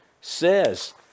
says